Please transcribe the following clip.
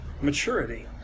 maturity